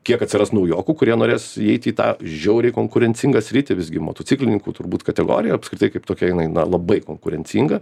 kiek atsiras naujokų kurie norės įeiti į tą žiauriai konkurencingą sritį visgi motociklininkų turbūt kategorija apskritai kaip tokia jinai labai konkurencinga